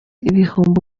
ibihumbi